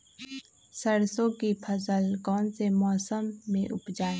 सरसों की फसल कौन से मौसम में उपजाए?